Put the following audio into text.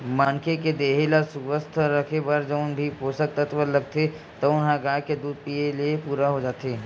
मनखे के देहे ल सुवस्थ राखे बर जउन भी पोसक तत्व लागथे तउन ह गाय के दूद पीए ले पूरा हो जाथे